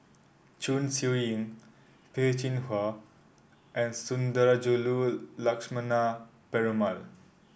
Chong Siew Ying Peh Chin He and Sundarajulu Lakshmana Perumal